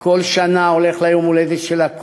כל שנה אני הולך ליום ההולדת שלה,